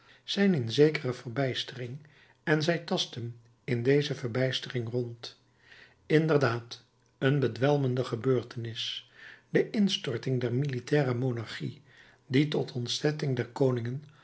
zijn in zekere verbijstering en zij tasten in deze verbijstering rond inderdaad een bedwelmende gebeurtenis de instorting der militaire monarchie die tot ontzetting der koningen